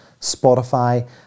Spotify